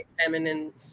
feminine